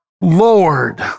Lord